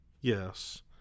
Yes